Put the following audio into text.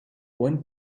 when